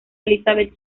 elizabeth